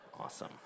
Awesome